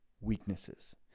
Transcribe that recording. weaknesses